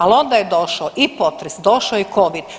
Ali onda je došao i potres, došao je i covid.